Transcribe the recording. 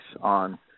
on